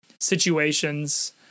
situations